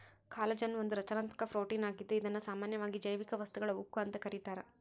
collagen ಒಂದು ರಚನಾತ್ಮಕ protein ಆಗಿದ್ದು ಇದುನ್ನ ಸಾಮಾನ್ಯವಾಗಿ ಜೈವಿಕ ವಸ್ತುಗಳ ಉಕ್ಕು ಅಂತ ಕರೀತಾರ